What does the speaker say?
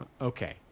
Okay